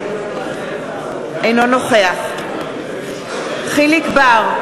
אינו נוכח יחיאל חיליק בר,